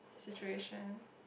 situation